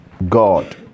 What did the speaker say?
god